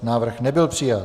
Návrh nebyl přijat.